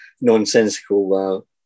nonsensical